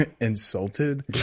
insulted